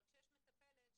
אבל כשיש מטפלת,